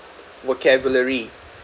vocabulary